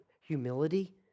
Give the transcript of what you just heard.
humility